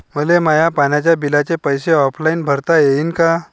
मले माया पाण्याच्या बिलाचे पैसे ऑनलाईन भरता येईन का?